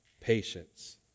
Patience